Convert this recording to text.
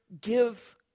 give